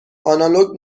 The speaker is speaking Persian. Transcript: آنالوگ